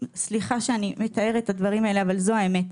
סליחה שאני מתארת את הדברים האלה, אבל זו האמת.